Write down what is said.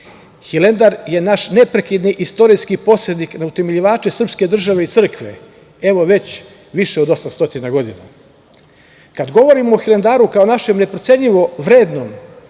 je naš neprekidni istorijski podsetnik na utemeljivače srpske države i crkve evo već više od 800 godina. Kada govorimo o Hilandaru kao našem neprocenljivo vrednom